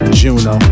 juno